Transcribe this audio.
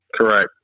Correct